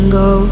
go